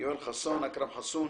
יואל חסון, אכרם חסון